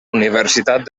universitat